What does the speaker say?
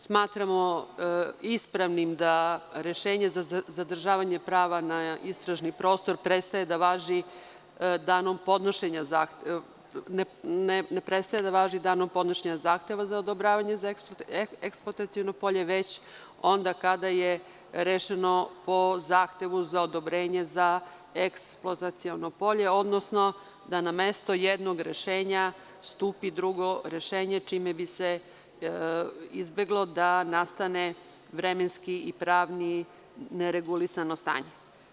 Smatramo ispravnim da rešenje za zadržavanje prava na istražni prostor ne prestaje da važi danom podnošenja zahteva za odobravanje za eksploataciono polje, već onda kada je rešeno po zahtevu za odobrenje za eksploataciono polje, odnosno da na mesto jednog rešenja stupi drugo rešenje, čime bi se izbeglo da nastane vremenski i pravno neregulisano stanje.